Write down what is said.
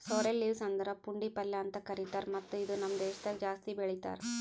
sorrel leaves ಅಂದುರ್ ಪುಂಡಿ ಪಲ್ಯ ಅಂತ್ ಕರಿತಾರ್ ಮತ್ತ ಇದು ನಮ್ ದೇಶದಾಗ್ ಜಾಸ್ತಿ ಬೆಳೀತಾರ್